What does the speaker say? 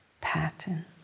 pattern